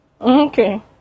Okay